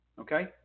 Okay